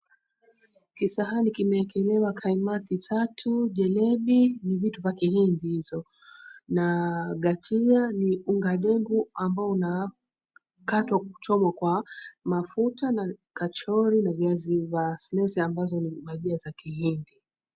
Kisahani kimewelewa kaimati tatu, jalebi ni vitu vya Kihindi hizo. Na gatia ni unga dengu ambao unakatwa kuchomwa kwa mafuta na kachori na viazi vya Silesi ambazo ni majina za Kihindi.